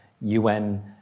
UN